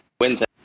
winter